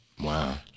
Wow